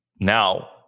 Now